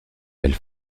belle